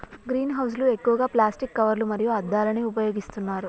green house లు ఎక్కువగా plastic కవర్లు మరియు అద్దాలను ఉపయోగిస్తున్నారు